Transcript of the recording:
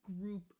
group